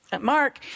Mark